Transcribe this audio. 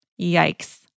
Yikes